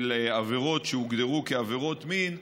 של עבירות שהוגדרו כעבירות מין,